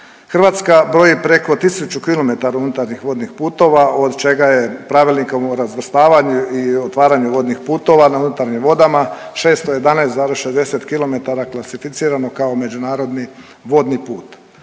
Hrvatska broji preko 1000 km unutarnjih vodnih putova od čega je Pravilnikom o razvrstavanju i otvaranju vodnih putova na unutarnjim vodama 611,60 km klasificirano kao međunarodni vodni put.